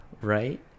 Right